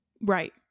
Right